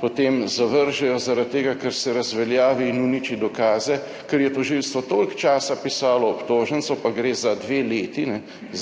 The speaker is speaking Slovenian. potem zavržejo, zaradi tega ker se razveljavi in uniči dokaze, ker je tožilstvo toliko časa pisalo obtožnico – pa gre za dve leti,